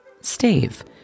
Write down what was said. stave